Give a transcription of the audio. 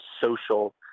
social